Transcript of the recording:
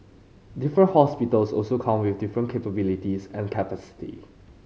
different hospitals also come with different capabilities and capacity